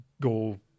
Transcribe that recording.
go